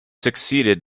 succeeded